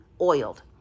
oiled